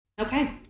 Okay